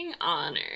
honor